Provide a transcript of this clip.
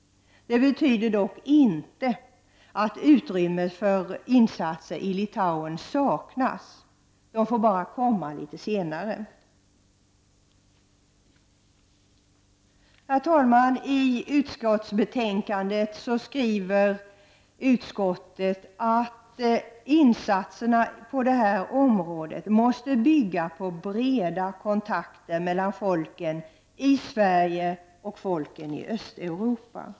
Det betyder dock inte att utrymme för insatser i Litauen saknas — de får bara komma litet senare. Herr talman! I sitt betänkande skriver utskottet att insatserna på det här området måste bygga på breda kontakter mellan folken i Sverige och folken i Östeuropa.